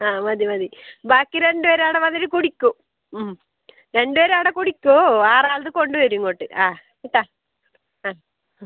ആ മതി മതി ബാക്കി രണ്ട് പേർ അവിടെ വന്നിട്ട് കുടിക്കും ഉം രണ്ട് പേർ അവിടെ കുടിക്കും ആറാളത് കൊണ്ട് വരും ഇങ്ങോട്ട് ആ കേട്ടോ ആ ആ